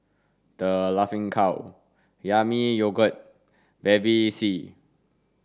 The Laughing Cow Yami Yogurt Bevy C